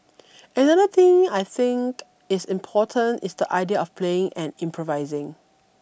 another thing I think is important is the idea of playing and improvising